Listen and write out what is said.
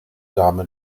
dame